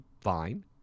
fine